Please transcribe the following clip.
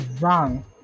wrong